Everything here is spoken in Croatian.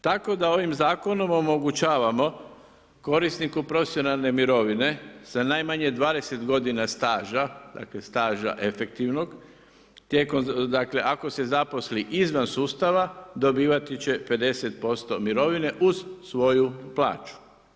Tako da ovim zakonom omogućavamo korisniku profesionalne mirovine, sa najmanje 20 godina staža, dakle staža efektivnog, tijekom, dakle, ako se zaposli izvan sustava, dobivati će 50% mirovine uz svoju plaću.